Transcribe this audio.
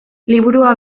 liburua